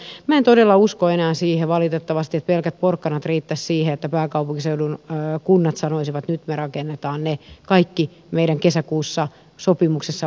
minä en valitettavasti todella usko enää siihen että pelkät porkkanat riittäisivät siihen että pääkaupunkiseudun kunnat sanoisivat että nyt me rakennamme ne kaikki meidän kesäkuussa sopimuksessa olleet asuntomme